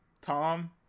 Tom